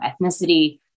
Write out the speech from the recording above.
ethnicity